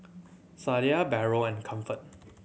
Sadia Barrel and Comfort